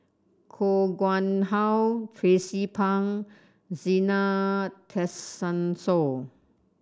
Koh Nguang How Tracie Pang Zena Tessensohn